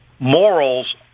morals